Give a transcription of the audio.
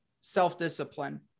self-discipline